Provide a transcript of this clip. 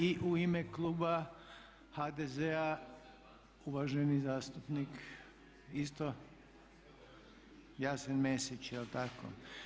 I u ime kluba HDZ-a uvaženi zastupnik isto, Jasen Mesić jel' tako?